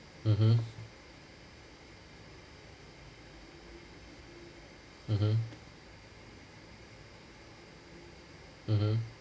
mmhmm mmhmm mmhmm